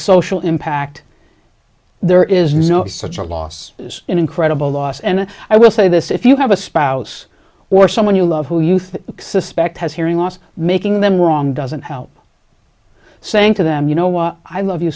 social impact there is no such a loss as an incredible loss and i will say this if you have a spouse or someone you love who you think suspect has hearing loss making them wrong doesn't help saying to them you know why i love you